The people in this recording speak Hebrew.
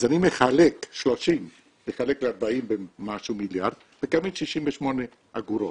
אז אני מחלק 30 ל-40 ומשהו מיליארד ומקבל 68 אגורות.